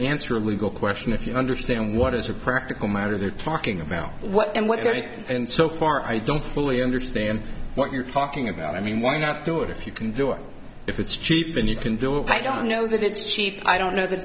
answer a legal question if you understand what is your practical matter they're talking about what and what doesn't and so far i don't fully understand what you're talking about i mean why not do it if you can do it if it's cheap and you can do it i don't know that it's cheap i don't know that